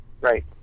Right